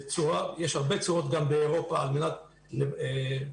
יש הרבה צורות גם באירופה על מנת לאפשר